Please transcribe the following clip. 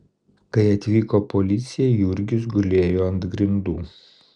kai atvyko policija jurgis gulėjo ant grindų